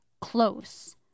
close